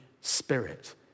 Spirit